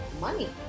money